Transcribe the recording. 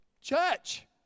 church